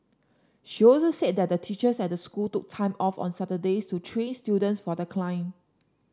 she also said that the teachers at the school took time off on Saturdays to train students for the climb